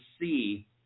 see